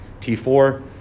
t4